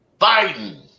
Biden